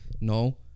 No